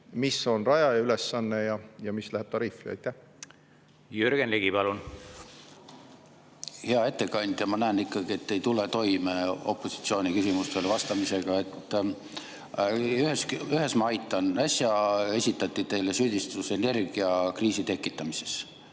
mis on rajaja ülesanne ja mis läheb tariifi. Jürgen Ligi, palun! Hea ettekandja! Ma näen ikkagi, et te ei tule toime opositsiooni küsimustele vastamisega. Ühes ma aitan. Äsja esitati teile süüdistus energiakriisi tekitamises.